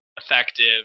effective